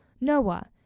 Noah